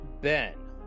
Ben